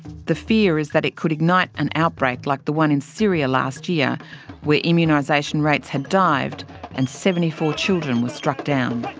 the fear is that it could ignite an outbreak like the one in syria last year where immunisation rates had dived and seventy four children were struck down.